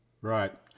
right